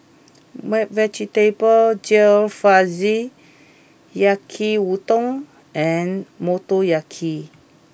Vegetable Jalfrezi Yaki udon and Motoyaki